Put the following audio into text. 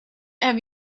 have